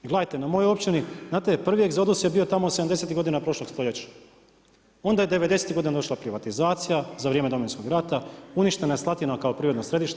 I gledajte, na mojoj općini, znate prvi egzodus je bio tamo '70.-tih godina prošlog stoljeća, onda je '90.-tih godina došla privatizacija za vrijeme Domovinskog rata, uništena je Slatina kao prirodno središte.